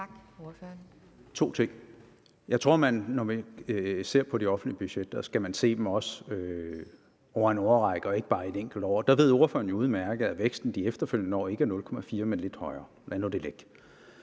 To ting: Jeg tror, at man, når man ser på de offentlige budgetter, også skal se dem over en årrække og ikke bare et enkelt år. Der ved ordføreren udmærket, at væksten i de efterfølgende år ikke er på 0,4 pct., men lidt højere. Men lad nu det ligge.